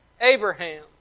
Abraham